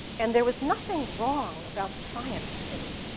and there was nothing wrong about the science in me.